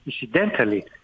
Incidentally